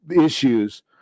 issues